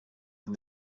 and